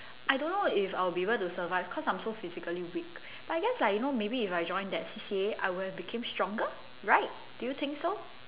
I don't know if I'll be able to survive cause I'm so physically weak but I guess like you know maybe if I join that C_C_A I would have became stronger right do you think so